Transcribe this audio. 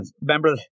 remember